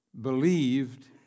believed